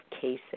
cases